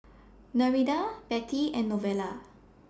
Nereida Bettie and Novella